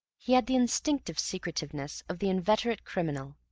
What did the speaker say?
he had the instinctive secretiveness of the inveterate criminal.